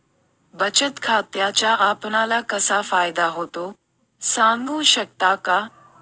बचत खात्याचा आपणाला कसा फायदा होतो? सांगू शकता का?